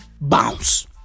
bounce